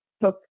took